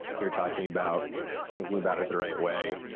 you're talking about thinking about it the right way.